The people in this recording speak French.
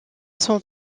son